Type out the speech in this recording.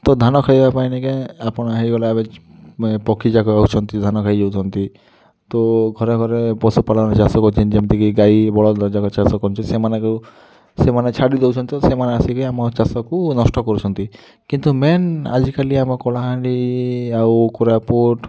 ତ ଧାନ ଖାଇବା ପାଇଁ ନିକେ ଆପଣ ହେଇଗଲା ଏବେ ପକ୍ଷୀ ଯାକ ହେଉଛନ୍ତି ଧାନ ଯାକ ଖାଇ ଯାଉଛନ୍ତି ତ ଘରେ ଘରେ ପଶୁପାଳନ ଚାଷ କରୁଛନ୍ତି ଯେମିତି କି ଗାଇ ବଳଦ ଯାକ ଚାଷ କରିଛନ୍ତି ସେମାନଙ୍କୁ ସେମାନେ ଛାଡ଼ି ଦଉଛନ୍ତି ତ ସେମାନେ ଆସି କି ଆମ ଚାଷକୁ ନଷ୍ଟ କରୁଛନ୍ତି କିନ୍ତୁ ମେନ୍ ଆଜିକାଲି ଆମ କଳାହାଣ୍ଡି ଆଉ କୋରାପୁଟ୍